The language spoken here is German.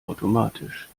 automatisch